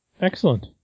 excellent